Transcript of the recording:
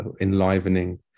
enlivening